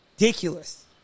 ridiculous